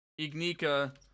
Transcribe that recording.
ignika